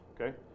okay